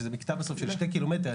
שזה מקטע בסוף של שני קילומטר.